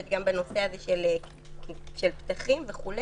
שמתחשבים גם בנושא הזה של פתחים וכולי.